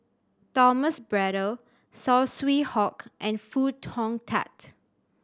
Thomas Braddell Saw Swee Hock and Foo Hong Tatt